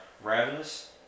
ravenous